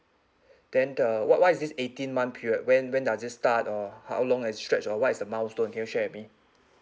then uh what what is this eighteen month period when when does it start or how long does it stretch or what is the milestone can you share with me